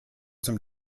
zum